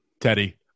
Teddy